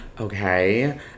Okay